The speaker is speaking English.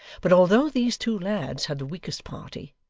but although these two lads had the weakest party,